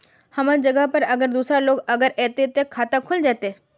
हमर जगह पर अगर दूसरा लोग अगर ऐते ते खाता खुल जते?